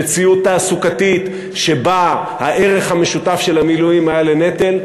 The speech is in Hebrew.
במציאות תעסוקתית שבה הערך המשותף של המילואים היה לנטל,